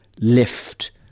lift